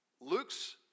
Luke's